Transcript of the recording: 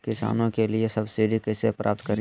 किसानों के लिए सब्सिडी कैसे प्राप्त करिये?